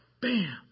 bam